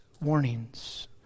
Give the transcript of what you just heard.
warnings